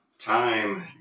Time